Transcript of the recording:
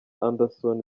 anderson